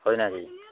হয় নাকি